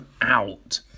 out